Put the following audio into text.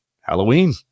Halloween